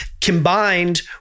combined